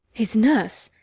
his nurse!